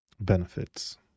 Benefits